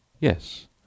Yes